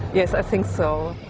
yes, i think so.